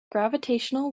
gravitational